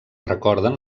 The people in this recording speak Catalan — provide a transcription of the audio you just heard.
recorden